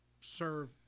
serve